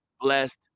blessed